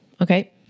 Okay